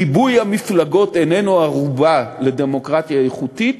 ריבוי המפלגות איננו ערובה לדמוקרטיה איכותית,